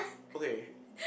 okay